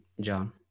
John